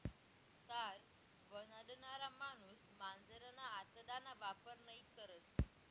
तार बनाडणारा माणूस मांजरना आतडाना वापर नयी करस